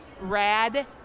rad